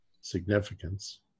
significance